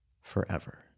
forever